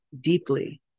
deeply